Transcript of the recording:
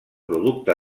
producte